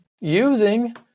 using